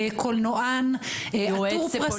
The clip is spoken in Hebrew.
קולנוען יועץ פוליטי.